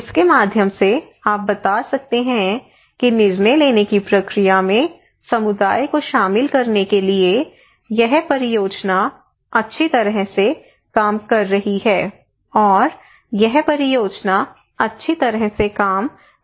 जिसके माध्यम से आप बता सकते हैं कि निर्णय लेने की प्रक्रिया में समुदाय को शामिल करने के लिए यह परियोजना अच्छी तरह से काम कर रही है और यह परियोजना अच्छी तरह से काम नहीं कर रही है